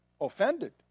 offended